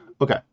okay